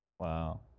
Wow